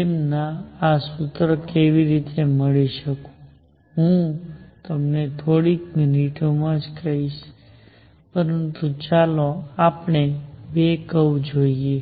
તેમને આ સૂત્ર કેવી રીતે મળી હું તમને થોડી મિનિટોમાં કહીશ પરંતુ ચાલો આપણે બે કર્વ જોઈએ